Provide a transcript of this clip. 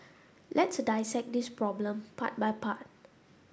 let's dissect this problem part by part